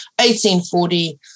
1840